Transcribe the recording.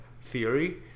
theory